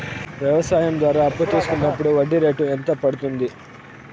వ్యవసాయం ద్వారా అప్పు తీసుకున్నప్పుడు వడ్డీ రేటు ఎంత పడ్తుంది